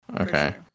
Okay